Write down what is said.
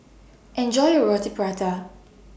Enjoy your Roti Prata